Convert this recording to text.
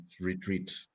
retreat